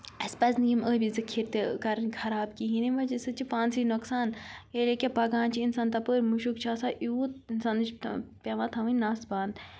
اَسہِ پَزِ نہٕ یِم ٲبی ذٔخیٖرٕ تہِ کَرٕنۍ خراب کِہیٖنۍ ییٚمہِ وَجہ سۭتۍ چھِ پانسٕے نۄقصان ییٚلہِ ییٚکیاہ پَکان چھِ اِنسان تَپٲرۍ مُشُک چھُ آسان یوٗت اِنسانَس چھِ پیٚوان تھاوٕنۍ نَس بَند